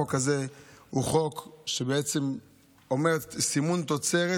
החוק הזה הוא חוק שאומר סימון תוצרת,